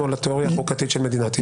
על התאוריה החוקתית של מדינת ישראל.